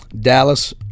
Dallas